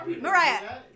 Mariah